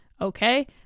Okay